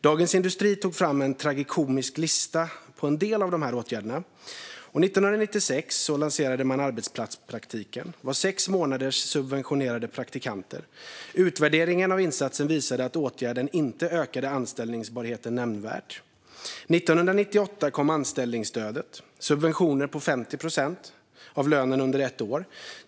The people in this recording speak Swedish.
Dagens industri tog fram en tragikomisk lista på en del av de åtgärderna: År 1996 lanserade man arbetsplatspraktiken. Det var praktikanter som subventionerades under sex månader. Utvärderingen av insatsen visade att åtgärden inte ökade anställbarheten nämnvärt. År 1998 kom anställningsstödet. Det var subventioner med 50 procent av lönen under ett år.